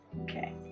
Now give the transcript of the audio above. Okay